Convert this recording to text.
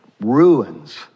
ruins